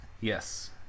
Yes